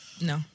No